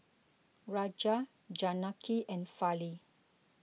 Raja Janaki and Fali